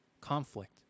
conflict